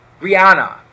Rihanna